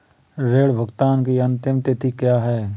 ऋण भुगतान की अंतिम तिथि क्या है?